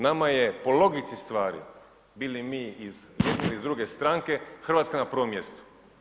Nama je po logici stvari bili mi iz jedne ili iz druge stranke Hrvatska na prvom mjestu.